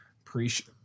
Appreciate